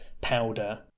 powder